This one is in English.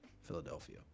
Philadelphia